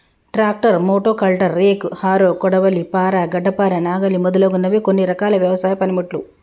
tractor, motocultor, rake, harrow, కొడవలి, పార, గడ్డపార, నాగలి మొదలగునవి కొన్ని రకాల వ్యవసాయ పనిముట్లు